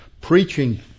preaching